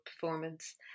performance